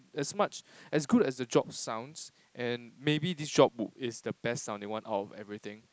as much as good as the job sounds and maybe this job is the best sounding one out of everything